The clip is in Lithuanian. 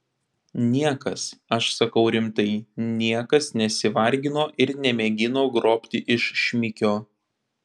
niekas aš sakau rimtai niekas nesivargino ir nemėgino grobti iš šmikio